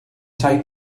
tai